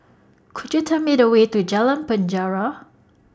Could YOU Tell Me The Way to Jalan Penjara